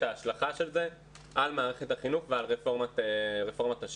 ההשלכה של זה על מערכת החינוך ועל רפורמת השילוב.